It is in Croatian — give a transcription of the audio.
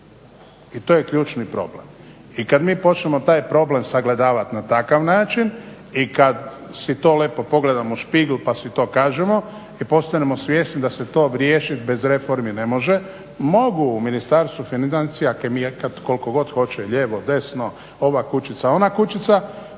I to je ključni problem. I kada mi počnemo taj problem sagledavati na takav način i kada si to lijepo pogledamo u špigl pa si to kažemo i postanemo svjesni da se to riješiti bez reformi ne može. Mogu u Ministarstvu kemijati koliko god hoće lijevo, desno, ova kućica, ona kućica